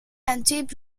damaging